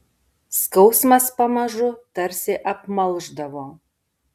skausmas pamažu tarsi apmalšdavo